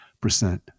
percent